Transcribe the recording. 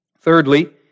Thirdly